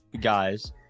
guys